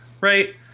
right